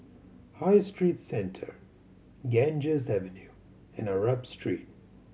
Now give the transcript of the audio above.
High Street Centre Ganges Avenue and Arab Street